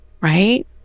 Right